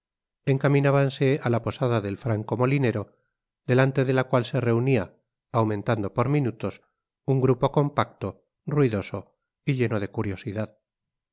la partesana encaminábanse á la posada del franco molinero delante de la cual se reunia aumentando por minutos un grupo compacto ruidoso y lleno de curiosidad